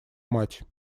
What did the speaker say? мать